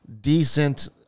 decent